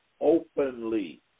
openly